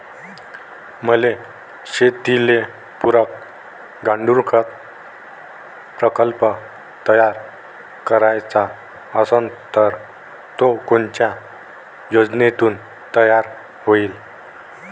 मले शेतीले पुरक गांडूळखत प्रकल्प तयार करायचा असन तर तो कोनच्या योजनेतून तयार होईन?